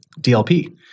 DLP